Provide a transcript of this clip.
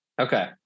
Okay